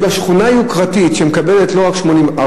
יש בה שכונה יוקרתית שמקבלת לא רק 80%,